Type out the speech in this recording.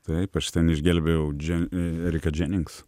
taip aš ten išgelbėjau dže eriką dženings